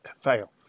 fail